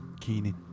Keenan